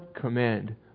command